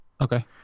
okay